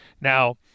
Now